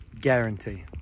guarantee